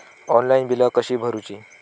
Online बिला कशी भरूची?